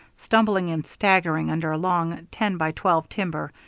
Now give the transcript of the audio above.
stumbling and staggering under a long ten-by-twelve timber,